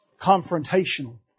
confrontational